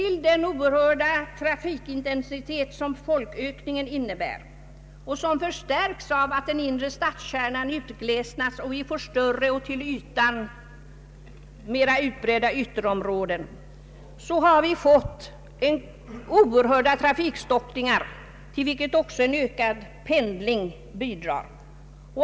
Genom den oerhörda trafikintensitet som folkökningen innebär och som förstärks av att den inre stadskärnan utglesats med större och till ytan mera utbredda ytterområden som följd har vi fått mycket stora trafikstockningar, till vilket också en ökad pendling har bidragit.